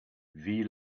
wie